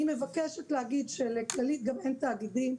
אני מבקשת להגיד שלכללית גם אין תאגידים,